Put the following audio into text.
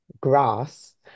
grass